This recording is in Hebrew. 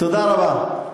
תודה רבה.